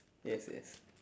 yes yes